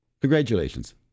Congratulations